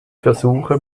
versuche